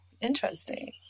interesting